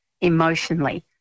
emotionally